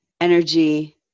Energy